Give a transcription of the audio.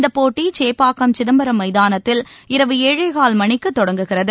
இந்த போட்டி சேப்பாக்கம் சிதம்பரம் மைதானத்தில் இரவு ஏழேகால் மணிக்கு தொடங்குகிறது